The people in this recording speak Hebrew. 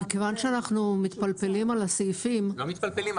מכיוון שאנחנו מתפלפלים על הסעיפים --- לא מתפלפלים,